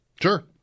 Sure